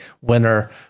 winner